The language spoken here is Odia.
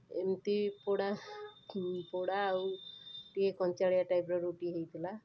ଏମିତି ପୋଡ଼ା ପୋଡ଼ା ଆଉ ଟିକିଏ କଞ୍ଚାଳିଆ ଟାଇପ୍ ର ରୁଟି ହେଇଥିଲା